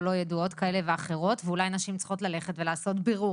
לא ידועות כאלה ואחרות ואולי נשים צריכות ללכת ולעשות בירור